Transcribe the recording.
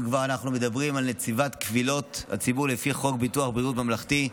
אם כבר אנחנו מדברים על נציבת קבילות הציבור לפי חוק בריאות ממלכתי,